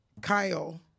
Kyle